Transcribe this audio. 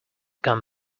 come